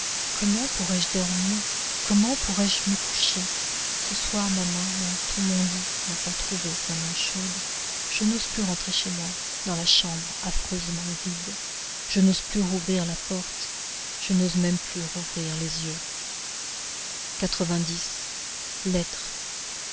comment pourrais-je dormir comment pourrais-je me coucher ce soir ma main dans tout mon lit n'a pas trouvé sa main chaude je n'ose plus rentrer chez moi dans la chambre affreusement vide je n'ose plus rouvrir la porte je n'ose même plus rouvrir les yeux lettre